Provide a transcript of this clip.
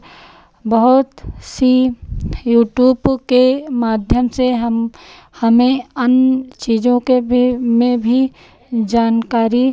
बहुत सी यूटूप के माध्यम से हम हमें अन्न चीज़ों के भी में भी जानकारी